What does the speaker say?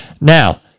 Now